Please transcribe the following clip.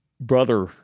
brother